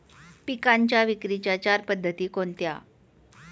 पिकांच्या विक्रीच्या चार पद्धती कोणत्या?